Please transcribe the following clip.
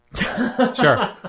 Sure